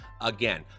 again